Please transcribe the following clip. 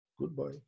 Goodbye